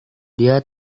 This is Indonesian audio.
dia